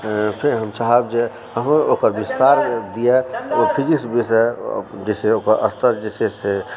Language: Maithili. फेर हम चाहब जे हमरो ओकर विस्तार दिअ फिजिक्स विषय जाहिसँ ओकर स्तर जे छै से